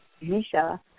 Misha